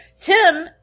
Tim